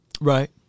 Right